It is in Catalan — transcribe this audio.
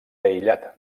aïllat